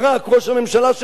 ראש הממשלה שלך,